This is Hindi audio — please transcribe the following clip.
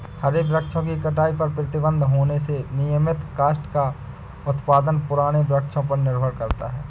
हरे वृक्षों की कटाई पर प्रतिबन्ध होने से नियमतः काष्ठ का उत्पादन पुराने वृक्षों पर निर्भर करता है